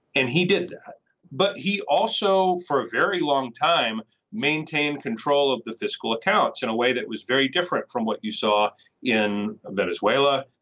and he did that but he also for a very long time maintain control of the fiscal accounts in a way that was very different from what you saw in that as well.